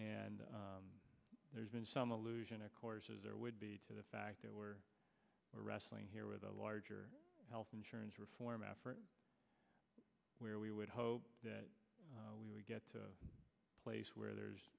and there's been some allusion to courses there would be to the fact that we're wrestling here with a larger health insurance reform effort where we would hope that we would get to a place where there's